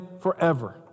forever